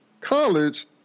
college